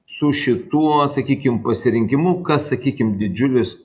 su šituo sakykim pasirinkimu kas sakykim didžiulis